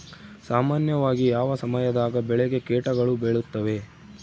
ಸಾಮಾನ್ಯವಾಗಿ ಯಾವ ಸಮಯದಾಗ ಬೆಳೆಗೆ ಕೇಟಗಳು ಬೇಳುತ್ತವೆ?